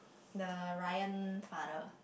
the Ryan father